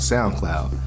SoundCloud